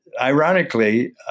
ironically